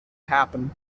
happen